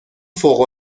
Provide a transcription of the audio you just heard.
فوق